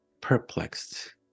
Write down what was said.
perplexed